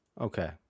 Okay